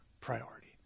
priority